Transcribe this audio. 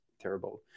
terrible